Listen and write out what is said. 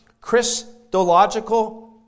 Christological